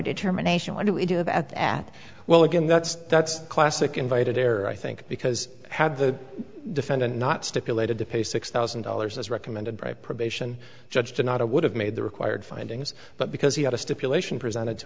determination i do we do have at that well again that's that's classic invited error i think because had the defendant not stipulated to pay six thousand dollars as recommended by probation judge to not a would have made the required findings but because he had a stipulation presented to